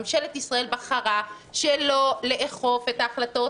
ממשלת ישראל בחרה שלא לאכוף את ההחלטות